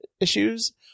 issues